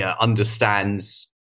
understands